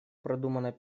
продуманной